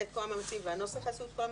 את כל המאמצים והנוסח יעשו את כל המאמצים,